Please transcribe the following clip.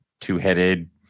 two-headed